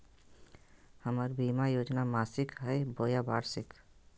हमर बीमा योजना मासिक हई बोया वार्षिक?